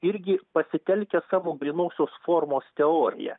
irgi pasitelkia savo grynosios formos teoriją